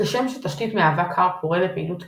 כשם שתשתית מהווה כר פורה לפעילויות תקיפה,